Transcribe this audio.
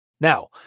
Now